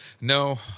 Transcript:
no